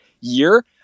year